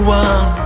one